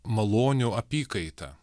malonių apykaita